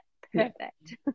perfect